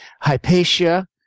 Hypatia